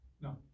No